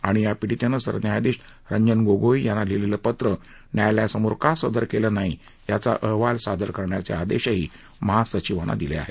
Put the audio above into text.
आणि या पिडीतेनं सरन्यायाधीश रंजन गोगोई यांना लिहिलेलं पत्र न्यायालयासमोर का सादर केलं नाही याचा अहवाल सादर करण्याचे आदेशही महासचिवांना दिले आहेत